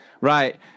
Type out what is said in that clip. Right